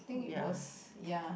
think it was yeah